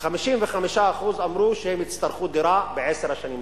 55% אמרו שהם יצטרכו דירה בעשר השנים הבאות,